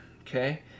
Okay